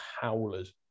howlers